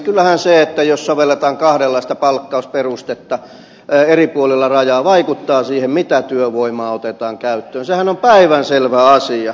kyllähän se jos sovelletaan kahdenlaista palkkausperustetta eri puolilla rajaa vaikuttaa siihen mitä työvoimaa otetaan käyttöön sehän on päivänselvä asia